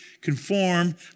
conform